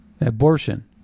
abortion